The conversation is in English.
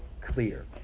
clear